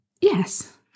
yes